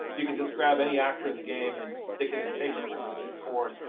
you can just grab any actor in the game and stick it and take recorder, and hit record.